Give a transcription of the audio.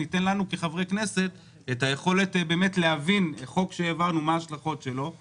ניתן לנו כחברי כנסת יכולת להבין מה ההשלכות של חוק שהעברנו,